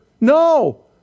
No